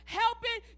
helping